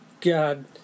God